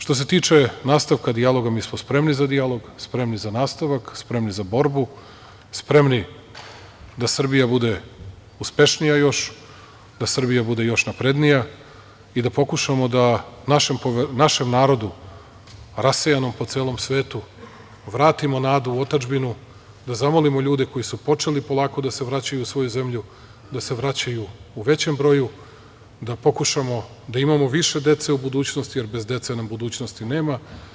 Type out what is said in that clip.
Što se tiče nastavka dijaloga, mi smo spremni za dijalog, spremni za nastavak, spremni za borbu, spremni da Srbija bude još uspešnija, da Srbija bude još naprednija i da pokušamo da našem narodu rasejanom po celom svetu vratimo nadu u otadžbinu, da zamolimo ljude koji su počeli polako da se vraćaju u svoju zemlju, da se vraćaju u većem broju, da pokušamo da imamo više dece u budućnosti, jer bez dece nam budućnosti nema.